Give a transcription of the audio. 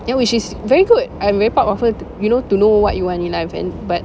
ya which is very good I'm very proud of her to you know to know what you want in life and but